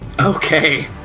Okay